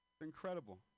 Incredible